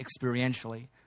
experientially